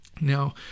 Now